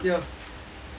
ah